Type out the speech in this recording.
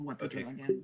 Okay